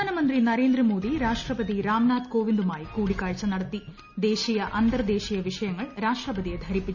പ്രധാനമന്ത്രി നരേന്ദ്രമോദി രാഷ്ട്രപതി രാംനാഥ് കോവിന്ദുമായി കൂടിക്കാഴ്ച നടത്തി ദേശീയ അന്തർദ്ദേശീയ വിഷയങ്ങൾ രാഷ്ട്രപതിയെ ധരിപ്പിച്ചു